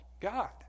God